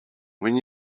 when